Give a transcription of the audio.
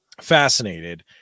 fascinated